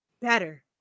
better